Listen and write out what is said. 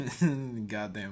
Goddamn